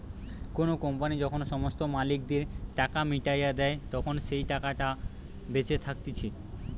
কোনো কোম্পানি যখন সমস্ত মালিকদের টাকা মিটাইয়া দেই, তখন যেই টাকাটা বেঁচে থাকতিছে